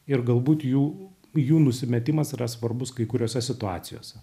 ir galbūt jų jų nusimetimas yra svarbus kai kuriose situacijose